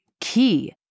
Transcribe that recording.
key